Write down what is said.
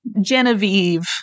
Genevieve